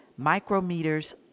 micrometers